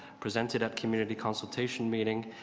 presented at community consultation meetings,